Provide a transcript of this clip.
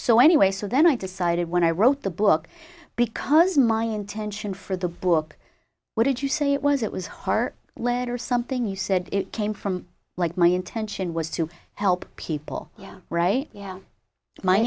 so anyway so then i decided when i wrote the book because my intention for the book what did you say it was it was heart lead or something you said it came from like my intention was to help people yeah right yeah my